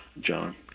John